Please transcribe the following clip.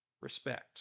Respect